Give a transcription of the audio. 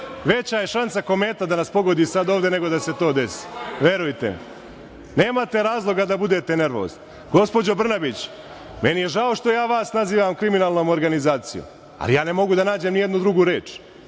Veća je šansa kometa da nas pogodi sada ovde, nego da se to desi. Verujte mi. Nemate razloga da budete nervozni. Gospođo Brnabić, meni je žao što ja vas nazivam kriminalnom organizacijom, ali ja ne mogu da nađem ni jednu drugu reč.